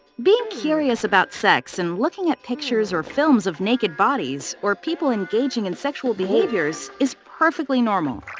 being curious about sex and looking at pictures or films of naked bodies or people engaging in sexual behaviors is perfectly normal.